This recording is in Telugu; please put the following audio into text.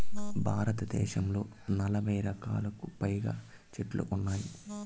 భారతదేశంలో నలబై రకాలకు పైనే చెట్లు ఉన్నాయి